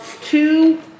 two